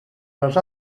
dels